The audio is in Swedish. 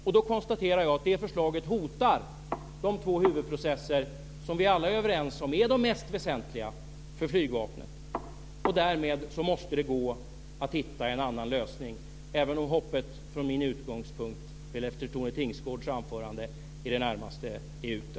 Jag konstaterar att det förslaget hotar de två huvudprocesser som vi alla är överens om är de mest väsentliga för flygvapnet. Därmed måste det gå att hitta en annan lösning, även om hoppet från min utgångspunkt efter Tone Tingsgårds anförande i det närmaste är ute.